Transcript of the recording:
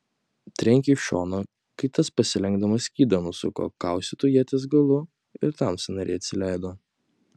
trenkė į šoną kai tas pasilenkdamas skydą nusuko kaustytu ieties galu ir tam sąnariai atsileido